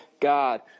God